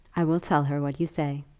i will tell her what you say.